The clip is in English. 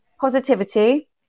Positivity